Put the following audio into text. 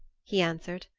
he answered,